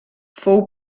fou